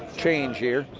change here.